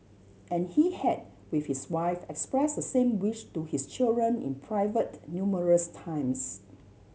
and he had with his wife express the same wish to his children in private numerous times